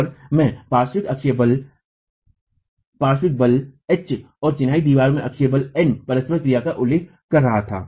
और मैं पार्श्व बल अक्षीय बल पार्श्व बल एच और चिनाई दीवारों में अक्षीय बल एन परस्पर क्रिया का उल्लेख कर रहा था